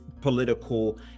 political